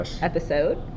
episode